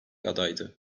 adaydı